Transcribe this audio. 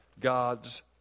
God's